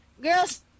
Girls